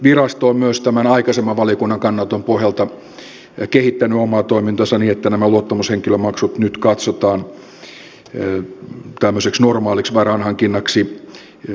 tarkastusvirasto on myös valiokunnan aikaisemman kannanoton pohjalta kehittänyt omaa toimintaansa niin että nämä luottamushenkilömaksut nyt katsotaan tämmöiseksi normaaliksi varainhankinnaksi jo